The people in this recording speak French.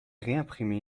réimprimé